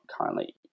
currently